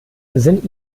sind